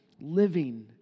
living